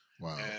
Wow